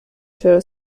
چرا